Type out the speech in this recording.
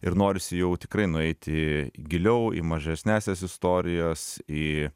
ir norisi jau tikrai nueiti giliau į mažesniąsias istorijas į